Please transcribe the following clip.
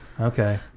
Okay